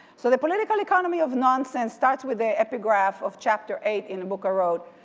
so the political economy of nonsense starts with the epigraph of chapter eight in the book i wrote.